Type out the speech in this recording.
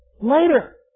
Later